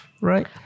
right